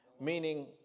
meaning